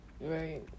Right